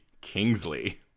Kingsley